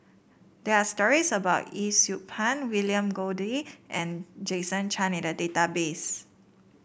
there are stories about Yee Siew Pun William Goode and Jason Chan in the database